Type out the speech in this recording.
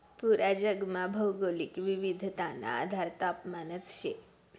पूरा जगमा भौगोलिक विविधताना आधार तापमानच शे